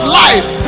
life